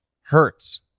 hurts